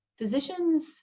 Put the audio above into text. Physicians